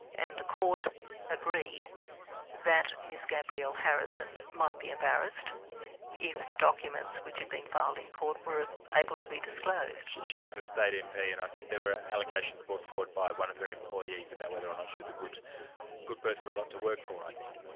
and the court agreed that miss gabrielle harrison might be embarrassed if the documents which had been filed in court, were able to be disclosed. she was a state mp and i think there were allegations brought forward by one of her employees about whether or not she was a good good person or not to work for i think.